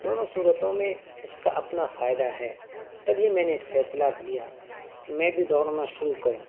دونوں صورتوں میں اس کا اپنا فائدہ ہے تبھی میں نے ایک فیصلہ لیا کہ میں بھی دوڑنا شروع کروں